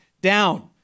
down